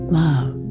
love